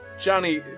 Johnny